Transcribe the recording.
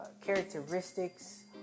characteristics